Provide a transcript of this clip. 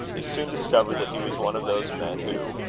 he soon discovered that he was one of those men, who,